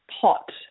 pot